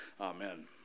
Amen